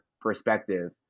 perspective